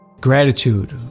gratitude